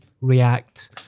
react